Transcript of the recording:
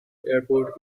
airport